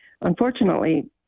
Unfortunately